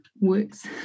works